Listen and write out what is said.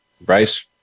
Bryce